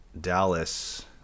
Dallas